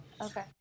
Okay